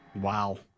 Wow